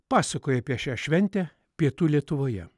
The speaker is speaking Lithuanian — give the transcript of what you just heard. pasakoja apie šią šventę pietų lietuvoje